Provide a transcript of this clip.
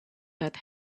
that